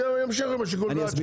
שימשיכו עם השיקול דעת שלהם.